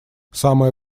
самое